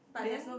then